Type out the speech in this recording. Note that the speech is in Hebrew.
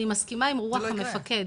אני מסכימה עם רוח המפקד,